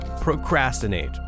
procrastinate